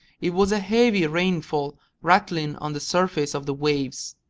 it was a heavy rainfall rattling on the surface of the waves.